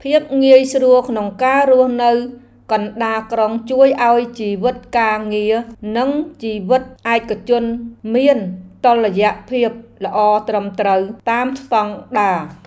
ភាពងាយស្រួលក្នុងការរស់នៅកណ្តាលក្រុងជួយឱ្យជីវិតការងារ និងជីវិតឯកជនមានតុល្យភាពល្អត្រឹមត្រូវតាមស្តង់ដារ។